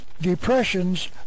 depressions